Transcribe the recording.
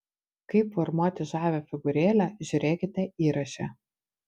kaip formuoti žavią figūrėlę žiūrėkite įraše